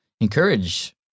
encourage